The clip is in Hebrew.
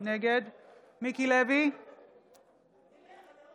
אני מציע לכולם לא לגלגל עיניים כשהם אומרים שזאת "הצעת חוק